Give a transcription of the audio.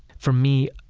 for me,